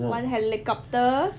one helicopter